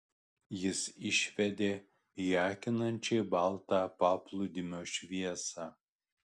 jis išvedė į akinančiai baltą paplūdimio šviesą